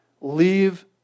Leave